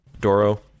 Doro